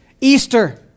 Easter